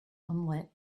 unlit